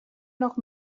noch